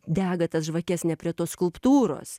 dega tas žvakes ne prie tos skulptūros